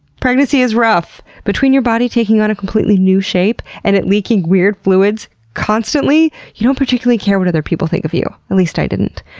pregnancy is rough. between your body taking on a completely new shape and it leaking weird fluids constantly, you don't particularly care what other people think of you. at least i didn't.